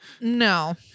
No